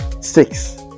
Six